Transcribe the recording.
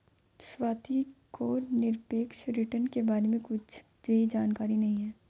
स्वाति को निरपेक्ष रिटर्न के बारे में कुछ भी जानकारी नहीं है